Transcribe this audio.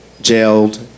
jailed